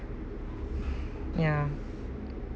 ya